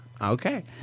Okay